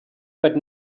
but